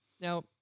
Now